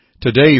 Today